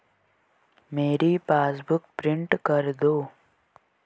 मेरी passbook print कर दो